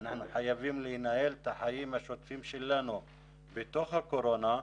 ואנחנו חייבים לנהל את החיים השוטפים שלנו בתוך הקורונה,